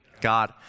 God